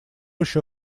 еще